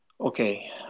Okay